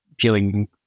feeling